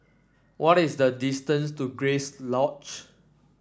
what is the distance to Grace Lodge